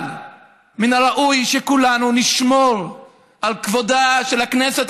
אבל מן הראוי שכולנו נשמור על כבודה של הכנסת,